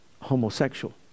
homosexual